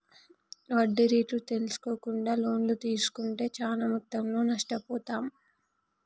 వడ్డీ రేట్లు తెల్సుకోకుండా లోన్లు తీస్కుంటే చానా మొత్తంలో నష్టపోతాం